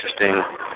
interesting